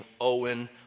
Owen